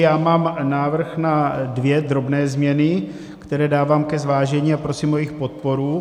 Já mám návrh na dvě drobné změny, které dávám ke zvážení, a prosím o jejich podporu.